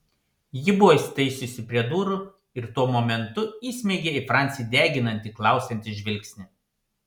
ji buvo įsitaisiusi prie durų ir tuo momentu įsmeigė į francį deginantį klausiantį žvilgsnį